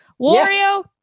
Wario